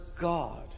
God